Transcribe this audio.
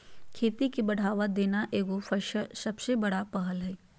खेती के बढ़ावा देना एगो सबसे बड़ा पहल हइ